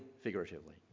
figuratively